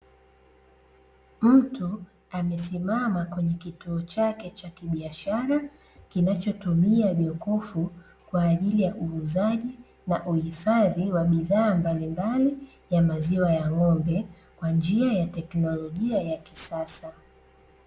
Mtu amesimama kwenye kituo chake cha kibiashara, kinachotumia jokofu kwa ajili ya uuzaji na uhifadhi wa bidhaa mbalimbali ya maziwa ya ng'ombe kwa njia ya teknolojia ya kisasa.